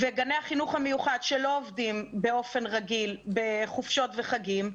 גני החינוך המיוחד שלא עובדים באופן רגיל בחופשות וחגים,